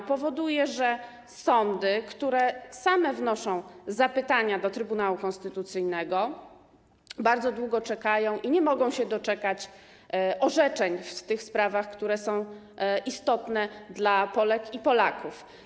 To powoduje że sądy, które same wnoszą zapytania do Trybunału Konstytucyjnego, bardzo długo czekają - nie mogą się doczekać - na orzeczenia w sprawach, które są istotne dla Polek i Polaków.